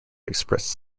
expressed